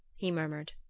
he murmured.